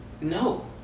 no